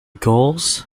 gauls